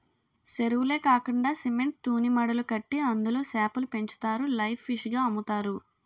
సెరువులే కాకండా సిమెంట్ తూనీమడులు కట్టి అందులో సేపలు పెంచుతారు లైవ్ ఫిష్ గ అమ్ముతారు